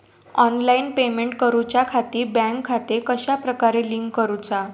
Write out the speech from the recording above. Online payment करुच्याखाती bank खाते कश्या प्रकारे लिंक करुचा?